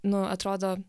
nu atrodo